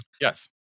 yes